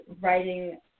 writing